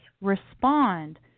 respond